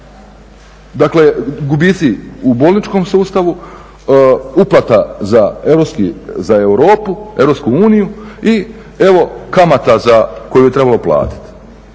gubici u bolničkom sustavu, uplata za Europu, za Europsku uniju i evo kamata koju je trebalo platiti